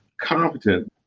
competent